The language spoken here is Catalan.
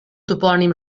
topònim